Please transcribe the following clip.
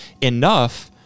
enough